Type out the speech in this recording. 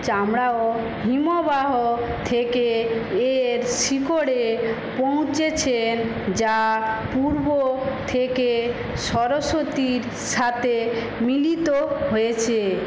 চামড়াও হিমবাহ থেকে এর শিকড়ে পৌঁছেছেন যা পূর্ব থেকে সরস্বতীর সাথে মিলিত হয়েছে